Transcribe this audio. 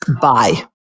Bye